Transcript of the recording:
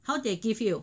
how they give you